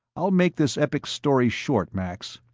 i'll make this epic story short, max.